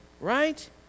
right